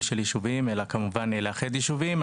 של יישובים אלא כמובן לאחד יישובים.